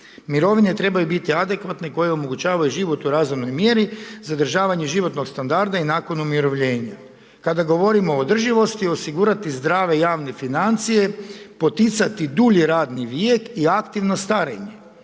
Mirovine trebaju biti adekvatne koje omogućavaju život u razumnoj mjeri, zadržavanje životnog standarda i nakon umirovljenja. Kada govorimo o održivosti, osigurati zdrave javne financije, poticati dulji radni vijek i aktivno starenje.